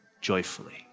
joyfully